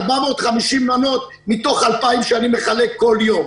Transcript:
450 מנות מתוך 2,000 שאני מחלק בכל יום.